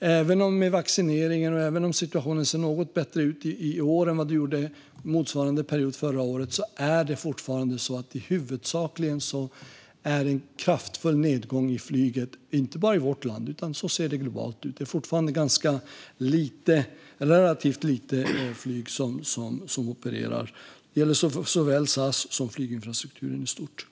Även med vaccineringen, och även om situationen ser något bättre ut i år än vad den gjorde under motsvarande period förra året, är det fortfarande så att det huvudsakligen sker en kraftfull nedgång för flyget. Detta gäller inte bara i vårt land, utan så ser det ut globalt. Det är fortfarande relativt lite flyg som opererar. Detta gäller såväl SAS som flyginfrastrukturen i stort.